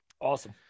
Awesome